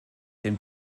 den